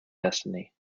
destiny